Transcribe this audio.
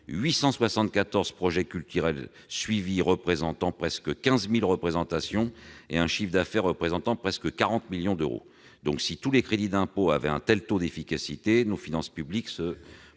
874 projets culturels suivis, soit presque 15 000 représentations, et un chiffre d'affaires représentant presque 40 millions d'euros. Si tous les crédits d'impôt avaient un tel taux d'efficacité, nos finances publiques se porteraient